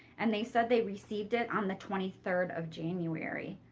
and they said they received it on the twenty third of january.